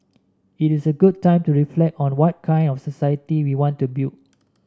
it is a good time to reflect on what kind of society we want to build